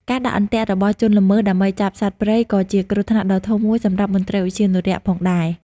ការដាក់ អន្ទាក់ របស់ជនល្មើសដើម្បីចាប់សត្វព្រៃ ក៏ជាគ្រោះថ្នាក់ដ៏ធំមួយសម្រាប់មន្ត្រីឧទ្យានុរក្សផងដែរ។